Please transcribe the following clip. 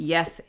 Yes